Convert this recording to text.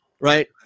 Right